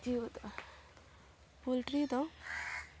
ᱡᱮᱣᱮᱫᱚᱜᱼᱟ poultry ᱫᱚ